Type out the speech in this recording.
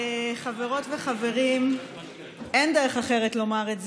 חברות וחברים, אין דרך אחרת לומר את זה: